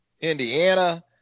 Indiana